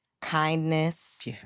kindness